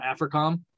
AFRICOM